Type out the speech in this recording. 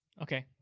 okay,